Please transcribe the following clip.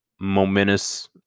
momentous